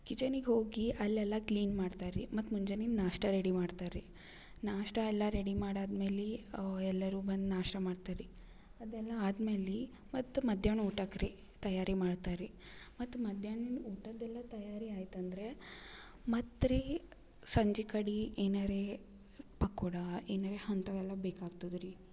ಕಿಚನಿಗೆ ಹೋಗಿ ಅಲ್ಲೆಲ್ಲ ಕ್ಲೀನ್ ಮಾಡ್ತಾರೆ ರೀ ಮತ್ತು ಮುಂಜಾನೆ ನಾಷ್ಟ ರೆಡಿ ಮಾಡ್ತಾರೆ ರೀ ನಾಷ್ಟ ಎಲ್ಲ ರೆಡಿ ಮಾಡಾದ ಮೇಲೆ ಎಲ್ಲರು ಬಂದು ನಾಷ್ಟ ಮಾಡ್ತಾರೆ ರೀ ಅದೆಲ್ಲ ಆದ್ಮೇಲೆ ಮತ್ತು ಮಧ್ಯಾಹ್ನ ಊಟಕ್ಕೆ ರೀ ತಯಾರಿ ಮಾಡ್ತಾರೆ ರೀ ಮತ್ತು ಮಧ್ಯಾಹ್ನ ಊಟದೆಲ್ಲ ತಯಾರಿ ಆಯ್ತಂದರೆ ಮತ್ತು ರೀ ಸಂಜೆ ಕಡೆ ಏನರೇ ಪಕೋಡ ಇನ್ನು ಅಂಥವೆಲ್ಲ ಬೇಕಾಗ್ತದೆ ರೀ